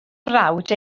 brawd